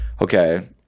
Okay